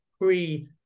pre